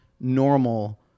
normal